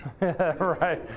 right